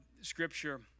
Scripture